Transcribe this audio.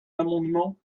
l’amendement